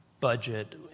budget